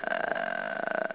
uh